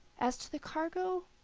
as to the cargo,